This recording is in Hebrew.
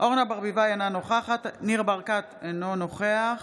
אורנה ברביבאי, אינה נוכחת ניר ברקת, אינו נוכח